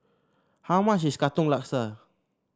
how much is Katong Laksa